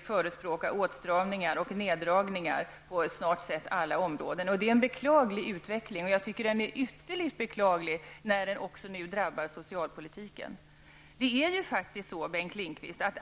förespråkar man nu åtstramningar och neddragningar på snart sagt alla områden. Det är en beklaglig utveckling, och det är ytterligt beklagligt att den nu också drabbar socialpolitiken. Arbetslinjen är ju faktiskt bra, Bengt Lindqvist.